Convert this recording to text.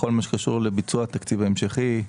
בכל מה שקשור לביצוע התקציב ההמשכי,